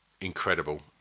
incredible